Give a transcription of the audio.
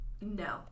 no